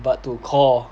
but to call